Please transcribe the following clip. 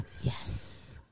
yes